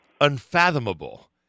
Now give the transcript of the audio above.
unfathomable